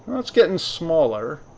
oh, it's getting smaller,